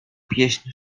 pieśń